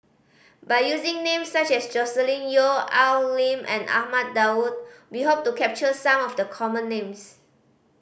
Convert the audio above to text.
by using names such as Joscelin Yeo Al Lim and Ahmad Daud we hope to capture some of the common names